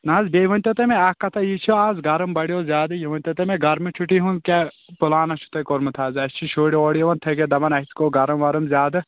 نہٕ حظ بیٚیہِ ؤنۍتَو تُہۍ مےٚ اکھ کتھا یُس یہِ اَز گرم بڑیو زیٛادٕ یہِ ؤنۍتَو تُہۍ مےٚ گرمہٕ چھُٹی ہُنٛد کیٛاہ پُلانا چھُو تۄہہِ کوٚرمُت حظ اَسہِ چھِ شُرۍ اورٕ یِوان تٔھکِتھ دپان اَسہِ گوٚو گرم ورم زیٛادٕ